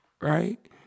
right